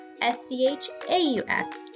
S-C-H-A-U-F